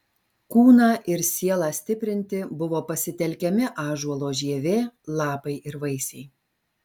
kūną ir sielą stiprinti buvo pasitelkiami ąžuolo žievė lapai ir vaisiai